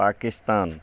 Pakistan